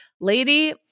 lady